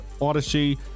Odyssey